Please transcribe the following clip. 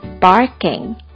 Barking